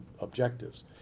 objectives